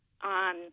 on